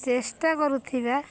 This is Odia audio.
ଚେଷ୍ଟା କରୁଥିବା